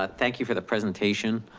ah thank you for the presentation.